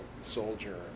soldier